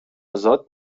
ازاد